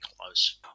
close